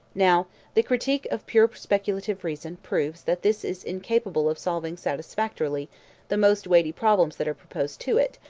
now the critique of pure speculative reason proves that this is incapable of solving satisfactorily the most weighty problems that are proposed to it,